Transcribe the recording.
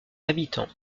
habitants